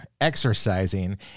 exercising